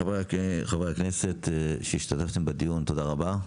חברי הכנסת שהשתתפו בדיון תודה רבה.